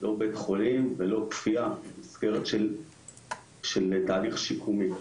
לא בבית חולים ולא כפייה, מסגרת של תהליך שיקומי.